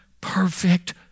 perfect